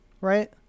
right